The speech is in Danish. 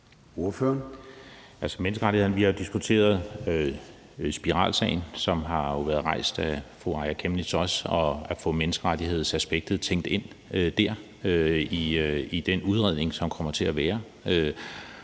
vi har jo diskuteret spiralsagen, som jo har været rejst af fru Aaja Chemnitz også, og at få menneskerettighedsaspektet tænkt ind der i den udredning, som der kommer til at være.